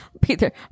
Peter